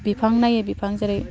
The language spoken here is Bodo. बिफां नायै बिफां जेरै